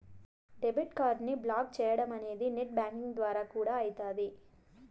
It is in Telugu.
డెబిట్ కార్డుని బ్లాకు చేయడమనేది నెట్ బ్యాంకింగ్ ద్వారా కూడా అయితాది